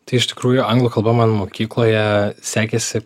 tai iš tikrųjų anglų kalba man mokykloje sekėsi